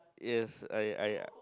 yes I I uh